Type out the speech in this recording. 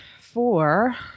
Four